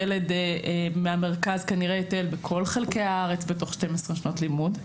ילד מהמרכז כנראה יטייל כל חלקי הארץ בתוך 12 שנות לימוד.